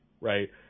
Right